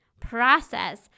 process